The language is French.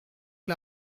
que